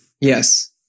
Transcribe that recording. Yes